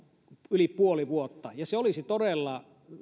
yli puoli vuotta ja se olisi todella